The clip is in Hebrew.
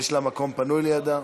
יש מקום פנוי לידה.